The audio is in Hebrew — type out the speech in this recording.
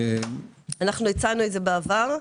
אנחנו הצענו את זה בעבר.